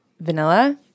Vanilla